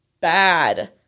bad